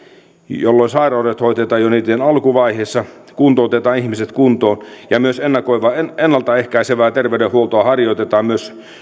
jolloin sairaudet hoidetaan jo niiden alkuvaiheessa ja kuntoutetaan ihmiset kuntoon ja ennalta ehkäisevää terveydenhuoltoa harjoitetaan myös